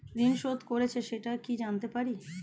ঋণ শোধ করেছে সেটা কি জানতে পারি?